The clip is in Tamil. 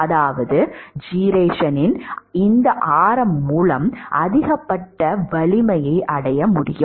அதாவது ஜிரேஷனின் இந்த ஆரம் மூலம் அதிகபட்ச வலிமையை அடைய முடியும்